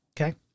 Okay